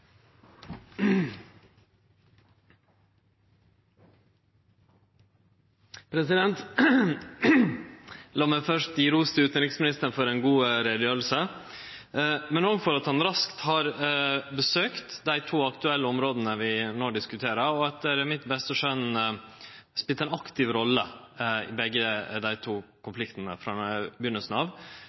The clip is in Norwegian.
meg først gi ros til utanriksministeren for ei god utgreiing, men òg for at han raskt har besøkt dei to aktuelle områda vi no diskuterer. Etter mitt beste skjøn har han spelt ei aktiv rolle i begge dei to konfliktane frå